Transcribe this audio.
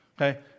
Okay